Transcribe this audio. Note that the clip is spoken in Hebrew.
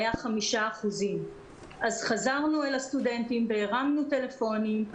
היה 5%. אז חזרנו אל הסטודנטים והרמנו טלפונים,